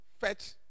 fetch